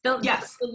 Yes